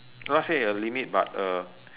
not say a limit but a